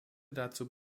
dazu